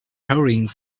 hurrying